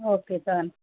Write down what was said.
okay sir